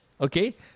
okay